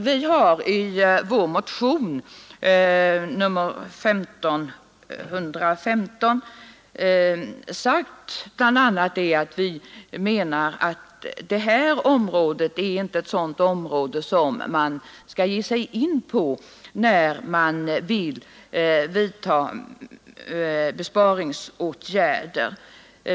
Vi har i vår motion 1515 bl.a. sagt att vi anser att detta område inte är ett sådant område som man bör ge sig in på när man vill vidta besparingsåtgärder.